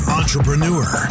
entrepreneur